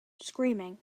screaming